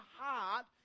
heart